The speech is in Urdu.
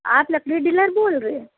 آپ لکڑی ڈیلر بول رہے